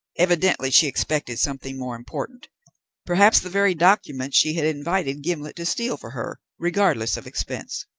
evidently she expected something more important perhaps the very documents she had invited gimblet to steal for her, regardless of expense.